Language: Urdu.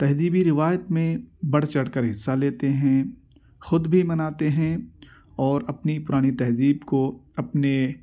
تہذیبی روایت میں بڑھ چڑھ کر حصہ لیتے ہیں خود بھی مناتے ہیں اور اپنی پرانی تہذیب کو اپنے